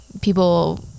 people